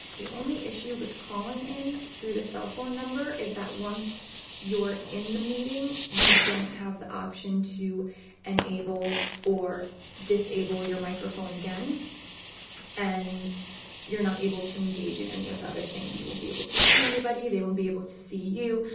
the only issue with calling in through the cell phone number is that once you're in the meeting, you don't have the option to and enable or disable your microphone again and you're not able to engage in any of the other things. you won't be able to see anybody, they won't be able to see you,